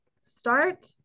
start